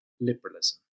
liberalism